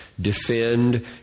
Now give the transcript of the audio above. defend